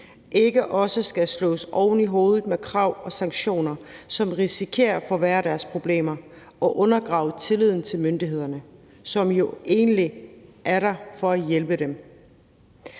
ikke også skal slås oven i hovedet med krav og sanktioner, som risikerer at forværre deres problemer og undergrave tilliden til myndighederne, som jo egentlig er der for at hjælpe dem.